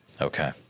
Okay